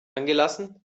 angelassen